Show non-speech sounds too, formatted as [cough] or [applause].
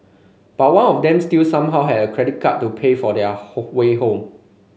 but one of them still somehow had a credit card to pay for their [unintelligible] way home